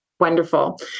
Wonderful